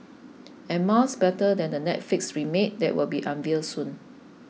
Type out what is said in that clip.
and miles better than the Netflix remake that will be unveiled soon